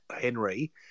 Henry